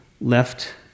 left